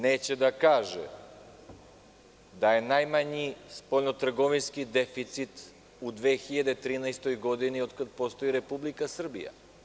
Neće da kaže da je najmanji spoljnotrgovinski deficit u 2013. godini otkad postoji Republika Srbija.